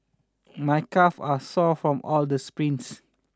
my calve are sore from all the sprints